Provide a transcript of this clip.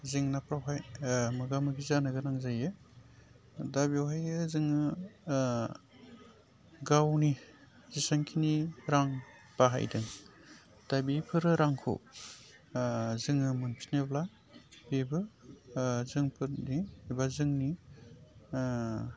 जेंनाफ्रावहाय मोगा मोगि जानो गोनां जायो दा बेवहाय जोङो गावनि जेसेबांखिनि रां बाहायदों दा बेफोर रांखौ जोङो मोनफिननोब्ला बेबो जोंफोरनि एबा जोंनि